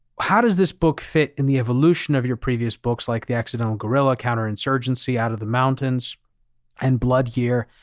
how does this book fit in the evolution of your previous books, like the accidental guerrilla, counterinsurgency, out of the mountains and blood year?